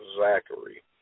Zachary